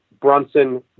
Brunson